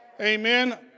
Amen